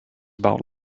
about